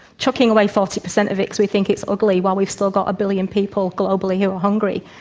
chucking away forty per cent of it because we think it's ugly while we've still got a billion people globally who are hungry.